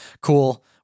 Cool